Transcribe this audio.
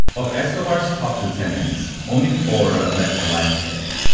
of escobar's top lieutenants, only four are left alive today,